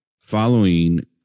following